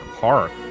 Park